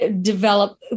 develop